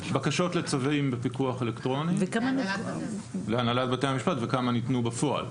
הוגשו לצווים בפיקוח אלקטרוני להנהלת בתי המשפט וכמה ניתנו בפועל,